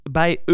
bij